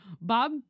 Bob